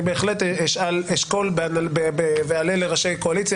אני בהחלט אשקול ואשאל את ראשי הקואליציה